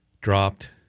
dropped